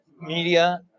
media